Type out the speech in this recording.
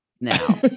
now